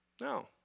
No